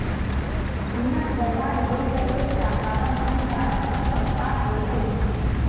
अन्नक बर्बाद होइ के एकटा कारण हानिकारक खरपात होइत अछि